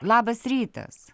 labas rytas